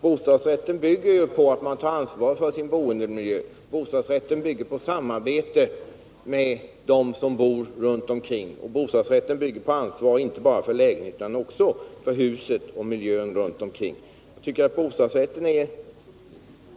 Bostadsrätten bygger ju på att man tar ansvar inte bara för sin lägenhet utan också för hela huset och för boendemiljön, i samarbete med de omkringboende.